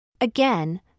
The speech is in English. Again